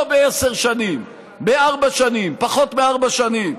לא בעשר שנים, בארבע שנים, פחות מארבע שנים.